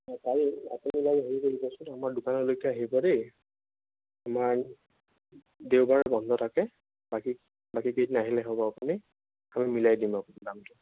বাৰু আপুনি বাৰু হেৰি কৰিবচোন আমাৰ দোকানলেকে আহিব দেই আমাৰ দেওবাৰে বন্ধ থাকে বাকী বাকী কেইদিন আহিলে হ'ব আপুনি মই মিলাই আপোনাক দামটো